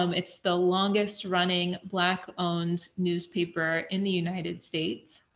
um it's the longest running black owned newspaper in the united states,